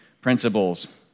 principles